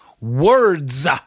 words